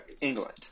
England